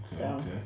Okay